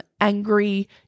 angry